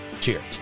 Cheers